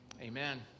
Amen